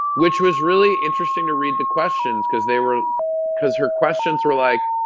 which was really interesting to read the questions because they were because her questions were like,